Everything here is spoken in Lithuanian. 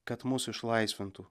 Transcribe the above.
kad mus išlaisvintų